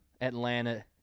Atlanta